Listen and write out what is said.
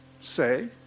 say